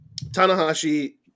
Tanahashi